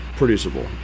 Producible